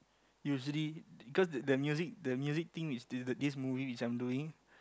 usually cause the the music the music thing is still this movie which I'm doing